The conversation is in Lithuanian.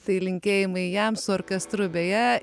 tai linkėjimai jam su orkestru beje